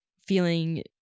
feeling